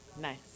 nice